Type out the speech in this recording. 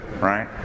right